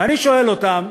ואני שואל אותם: